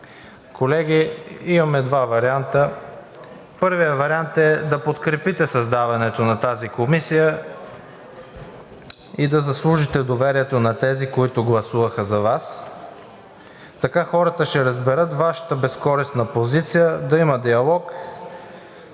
Колеги, имаме два варианта. Първият вариант е да подкрепите създаването на тази комисия и да заслужите доверието на тези, които гласуваха за Вас. Така хората ще разберат Вашата безкористна позиция да има диалог.